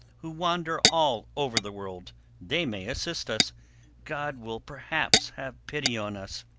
who wander all over the world they may assist us god will perhaps have pity on us.